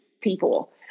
people